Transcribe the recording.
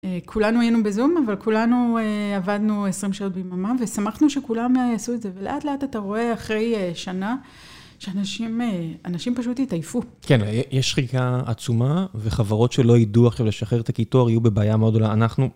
כולנו היינו בזום, אבל כולנו עבדנו 20 שעות ביממה, ושמחנו שכולם יעשו את זה. ולאט לאט אתה רואה אחרי שנה שאנשים, אנשים פשוט התעיפו. כן, יש שחיקה עצומה, וחברות שלא ידעו עכשיו לשחרר את הקיטור היו בבעיה מאוד גדולה, אנחנו...